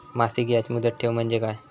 मासिक याज मुदत ठेव म्हणजे काय?